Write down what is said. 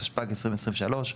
התשפ"ג 2023,